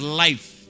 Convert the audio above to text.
life